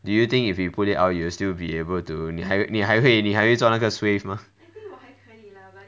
do you think if you put it out you will still be able to 你还你还会你还会做那个 swave mah